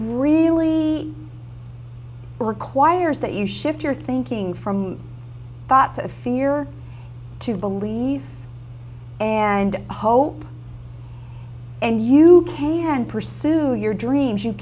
really requires that you shift your thinking from thoughts of fear to believe and hope and you can pursued your dreams you